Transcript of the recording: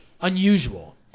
unusual